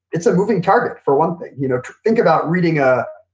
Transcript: it's a moving target for one thing. you know think about reading a,